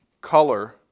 color